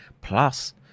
Plus